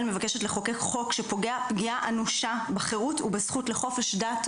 מבקשת לחוקק חוק שפוגע פגיעה אנושה בחרות ובזכות לחופש דת,